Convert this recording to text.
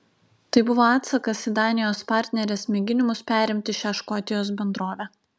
tai buvo atsakas į danijos partnerės mėginimus perimti šią škotijos bendrovę